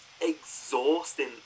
exhausting